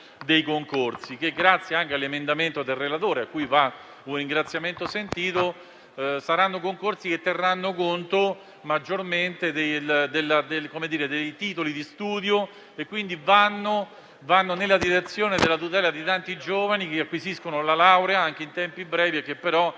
anche all'emendamento del relatore, a cui va un ringraziamento sentito - terranno maggiormente conto dei titoli di studio e, quindi, vanno nella direzione della tutela di tanti giovani che acquisiscono la laurea anche in tempi brevi ma che spesso